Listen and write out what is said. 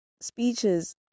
Speeches